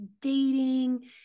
dating